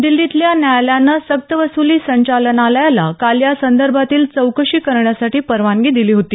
दिल्लीतल्या न्यायालयानं सक्तवसुली संचालनालयाला काल या संदर्भातील चौकशी करण्यासाठी परवानगी दिली होती